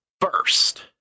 first